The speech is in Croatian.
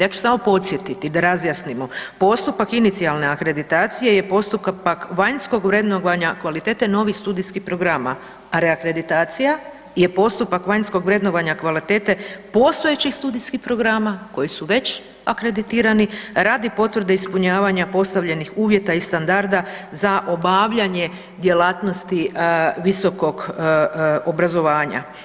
Ja ću samo podsjetiti da razjasnimo, postupak inicijalne akreditacije je postupak vanjskog vrednovanja kvalitete novih studijskih programa, a reakreditacija je postupak vanjskog vrednovanja kvalitete postojećih studijskih programa koji su već akreditirani, radi potvrde ispunjavanja postavljenih uvjeta i standarda za obavljanje djelatnosti visokog obrazovanja.